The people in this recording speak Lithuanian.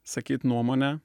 sakyt nuomonę